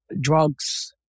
drugs